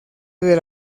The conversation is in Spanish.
del